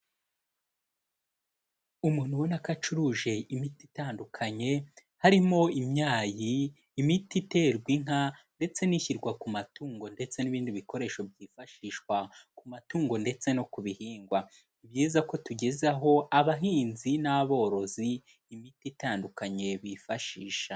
Umuntu ubona ko acuruje imiti itandukanye, harimo imyayi. imiti iterwa inka ndetse n'ishyirwa ku matungo ndetse n'ibindi bikoresho byifashishwa ku matungo ndetse no ku bihingwa, ni byiza ko tugezaho abahinzi n'aborozi imiti itandukanye bifashisha.